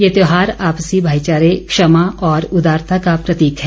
यह त्यौहार आपसी भाईचारे क्षमा व उदारता का प्रतीक है